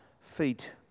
feet